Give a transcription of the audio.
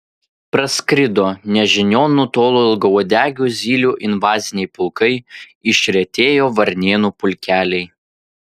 praskrido nežinion nutolo ilgauodegių zylių invaziniai pulkai išretėjo varnėnų pulkeliai